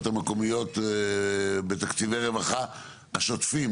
המקומיות בתקציבי הרווחה השוטפים?